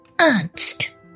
Ernst